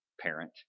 parent